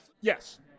Yes